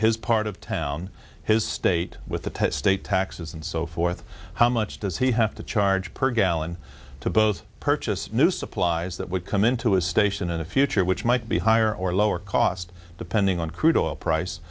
his part of town his state with the state taxes and so forth how much does he have to charge per gallon to both purchase new supplies that would come into his station in the future which might be higher or lower cost depending on crude oil price